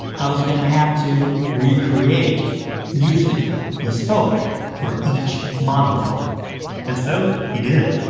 i was going to have to recreate music bespoke for each monologue and so he did.